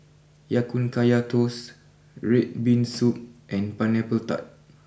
Ya Kun Kaya Toast Red Bean Soup and Pineapple Tart